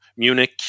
Munich